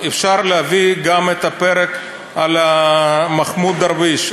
אפשר להביא גם את הפרק על מחמוד דרוויש,